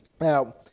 Now